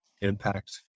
impact